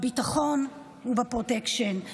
הביטחון והפרוטקשן.